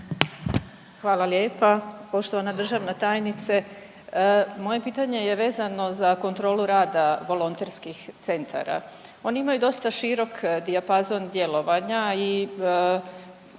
Hvala lijepa. Poštovana državna tajnice. Moje pitanje je vezano za kontrolu rada volonterskih centara. Oni imaju dosta širok dijapazon djelovanja i